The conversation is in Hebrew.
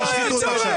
לא היה צורך.